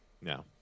No